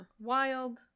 Wild